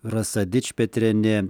rasa dičpetrienė